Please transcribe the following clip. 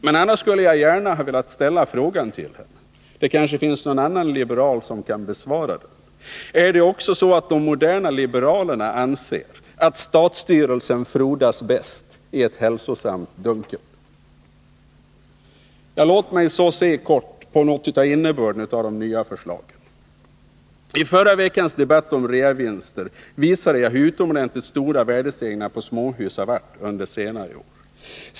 Jag skulle annars gärna ha velat fråga henne — det kanske finns någon annan liberal som kan svara på det — om också de moderna liberalerna anser att 28 statsstyrelsen frodas bäst i ”ett hälsosamt dunkel”. Låt mig så kort se något på innebörden av de nya förslagen. I förra veckans debatt om reavinster visade jag hur utomordentligt stora värdestegringarna på småhus har varit under senare år.